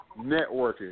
networking